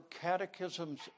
Catechism's